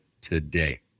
today